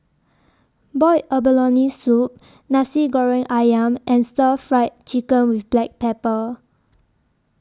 boiled abalone Soup Nasi Goreng Ayam and Stir Fried Chicken with Black Pepper